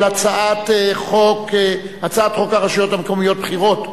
הצעת חוק הרשויות המקומיות (בחירות)